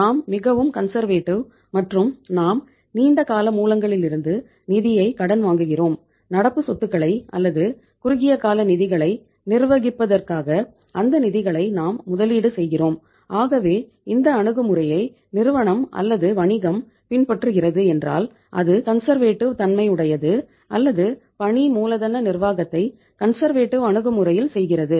நாம் மிகவும் கன்சர்வேட்டிவ் அணுகுமுறையில் செய்கிறது